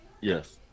Yes